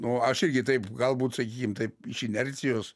o aš irgi taip galbūt sakykim taip iš inercijos